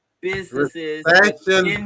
businesses